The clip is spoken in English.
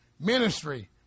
ministry